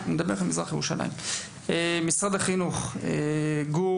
עד שיגיע גור